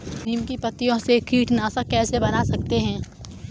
नीम की पत्तियों से कीटनाशक कैसे बना सकते हैं?